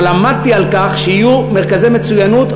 אבל עמדתי על כך שיהיו מרכזי מצוינות.